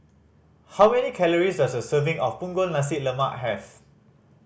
how many calories does a serving of Punggol Nasi Lemak have